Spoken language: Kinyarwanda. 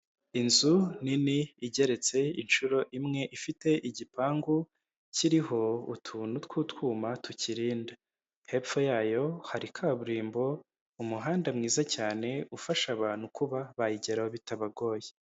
Inzu nini igeretse incuro imwe ifite igipangu kiriho utuntu tw'utwuma tukirinda, hepfo yayo hari kaburimbo umuhanda mwiza cyane ufasha abantu kuba bayigeraho bitabagoye.